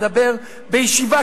דיבר בישיבה,